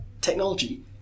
technology